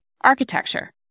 architecture